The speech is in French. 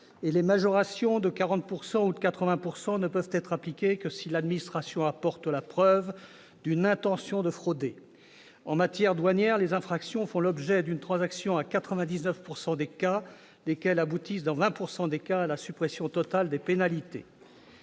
les majorations de 40 % ou de 80 % ne peuvent être appliquées que si l'administration apporte la preuve d'une intention de frauder. En matière douanière, les infractions font l'objet d'une transaction dans 99 % des cas, aboutissant, pour 20 % d'entre eux, à la suppression totale des pénalités.